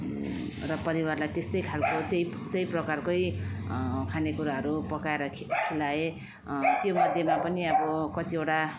र परिवारलाई त्यस्तो खाले त्यही त्यही प्रकारकै खाने कुराहरू पकाएर ख खिलाएँ त्यो मध्येमा पनि अब कतिवटा